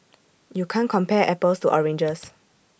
you can't compare apples to oranges